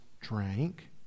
drank